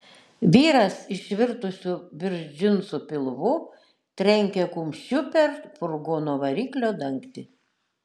vyras išvirtusiu virš džinsų pilvu trankė kumščiu per furgono variklio dangtį